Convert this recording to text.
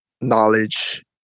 knowledge